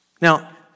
Now